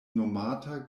nomata